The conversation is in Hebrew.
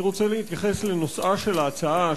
אני רוצה להתייחס לנושאה של ההצעה,